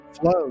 flow